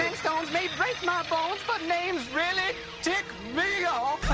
stones may break my bones but names really tick me off.